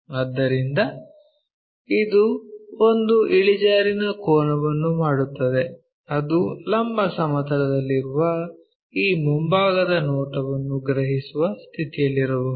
ಆದ್ದರಿಂದ ಇದು ಒಂದು ಇಳಿಜಾರಿನ ಕೋನವನ್ನು ಮಾಡುತ್ತದೆ ಅದು ಲಂಬ ಸಮತಲದಲ್ಲಿರುವ ಈ ಮುಂಭಾಗದ ನೋಟವನ್ನು ಗ್ರಹಿಸುವ ಸ್ಥಿತಿಯಲ್ಲಿರಬಹುದು